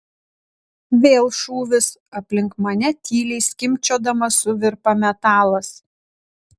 vėl šūvis aplink mane tyliai skimbčiodamas suvirpa metalas